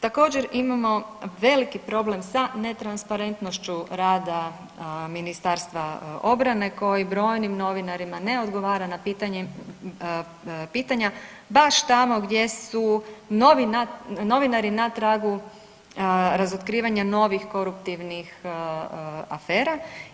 Također imamo veliki problem sa netransparentnošću rada Ministarstva obrane koji brojnim novinarima ne odgovara na pitanja baš tamo gdje su novinari na tragu razotkrivanja novih koruptivnih afera.